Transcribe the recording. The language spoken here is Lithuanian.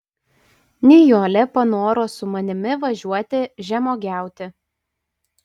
nijolė panoro su manimi važiuoti žemuogiauti